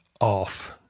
Off